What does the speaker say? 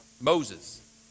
Moses